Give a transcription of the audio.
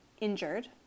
injured